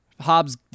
Hobbs